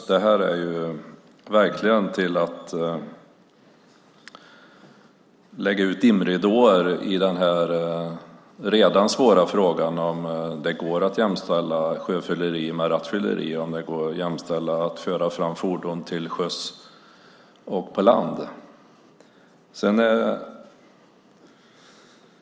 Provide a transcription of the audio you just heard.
Det är ju verkligen att lägga ut dimridåer i den redan svåra frågan om det går att jämställa sjöfylleri med rattfylleri och om det går att jämställa att framföra fordon till sjöss och på land.